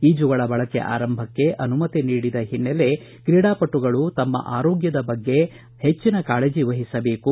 ಈಜುಕೊಳ ಆರಂಭಕ್ಕೆ ಅನುಮತಿ ನೀಡಿದ ಹಿನ್ನೆಲೆ ಕ್ರೀಡಾಪಟುಗಳು ತಮ್ಮ ಆರೋಗ್ಯದ ಬಗ್ಗೆ ಹೆಚ್ಚಿನ ಕಾಳಜ ವಹಿಸಬೇಕು